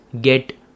get